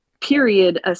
period